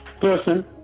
person